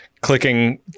clicking